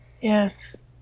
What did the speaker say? Yes